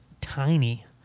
tiny